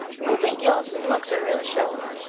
ruby gillis's looks are real showy.